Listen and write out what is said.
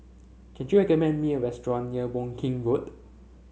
can you recommend me a restaurant near Woking Road